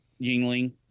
yingling